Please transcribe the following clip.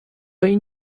این